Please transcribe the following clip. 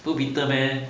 peter man